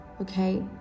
Okay